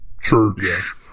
church